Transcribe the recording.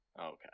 Okay